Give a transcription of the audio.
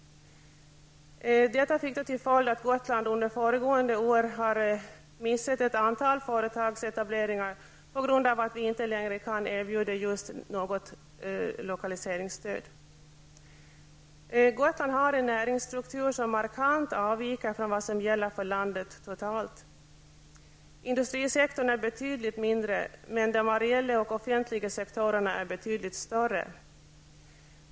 Detta fick till följd att Gotland under föregående år missade ett antal företagsetableringar på grund av att vi inte längre kunde erbjuda något lokaliseringsstöd. Gotland har en näringsstruktur som markant avviker från vad som gäller för landet totalt. Industrisektorn är betydligt mindre medan de areella och offentliga sektorerna är betydligt större.